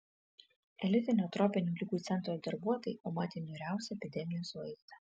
elitinio tropinių ligų centro darbuotojai pamatė niūriausią epidemijos vaizdą